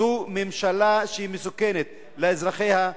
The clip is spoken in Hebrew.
זאת ממשלה שהיא מסוכנת לאזרחיה,